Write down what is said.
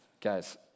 Guys